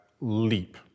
leap